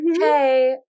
hey